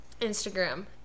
instagram